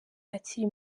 akiri